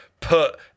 put